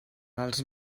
dels